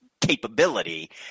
capability